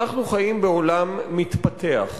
אנחנו חיים בעולם מתפתח,